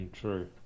True